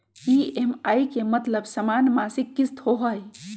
EMI के मतलब समान मासिक किस्त होहई?